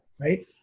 right